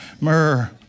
myrrh